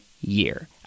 year